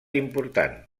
important